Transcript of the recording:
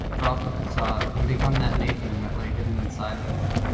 drop the facade, and become that nathan that lay hidden inside of me.